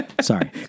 Sorry